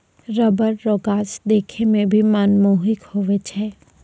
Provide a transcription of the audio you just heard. rubber रो गाछ देखै मे भी मनमोहक हुवै छै